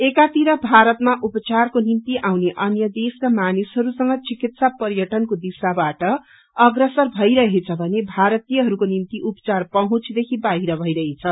एकातिर भारतमा उपचारको निम्ति आउने अन्य देशका मानिसहरूसँग चिकित्सा पर्यटनको दिशाबाट अग्रसर भैरहेछ भने भारतीयहरूको निम्ति उपचार पहुँचदेखि बाहिर भैरहेछ